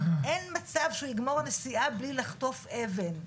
אין מצב שהוא יגמור נסיעה בלי לחטוף אבן,